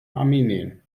armenien